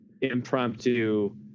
impromptu